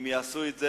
אם יעשו את זה,